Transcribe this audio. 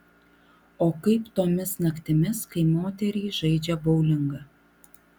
o kaip tomis naktimis kai moterys žaidžia boulingą